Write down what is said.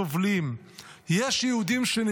יש יהודים שסובלים,